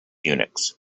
unix